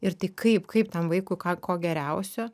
ir tai kaip kaip tam vaikui ką ko geriausio